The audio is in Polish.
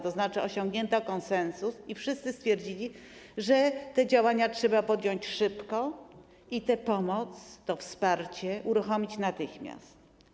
To znaczy, że osiągnięto konsensus i wszyscy stwierdzili, że te działania trzeba podjąć szybko, by tę pomoc, to wsparcie uruchomić natychmiast.